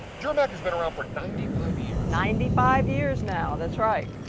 dramatic has been around for ninety five years. ninety five years, now, that's right.